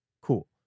cool